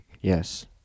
Yes